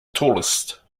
tallest